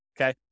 okay